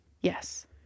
Yes